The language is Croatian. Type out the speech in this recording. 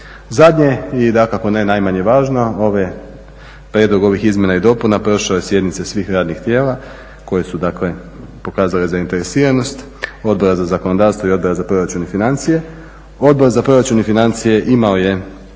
ne najmanje važno prijedlog ovih izmjena i dopuna prošao je sjednice svih radnih tijela koje su dakle pokazale zainteresiranost, Odbora za zakonodavstvo i Odbora za proračun i financije. Odbora za proračun i financije imao je